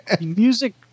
music